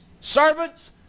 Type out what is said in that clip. servants